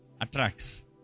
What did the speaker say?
Attracts